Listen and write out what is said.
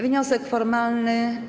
Wniosek formalny.